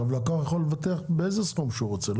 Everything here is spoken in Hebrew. הלקוח יכול לבטח באיזה סכום שהוא רוצה,